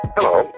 Hello